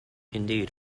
indeed